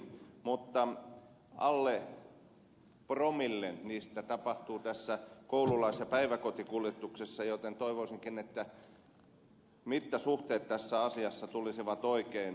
mutta alle promille niistä tapahtuu koululais ja päiväkotikuljetuksissa joten toivoisinkin että mittasuhteet tässä asiassa tulisivat oikein huomioiduiksi